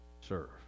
serve